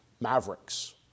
mavericks